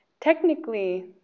technically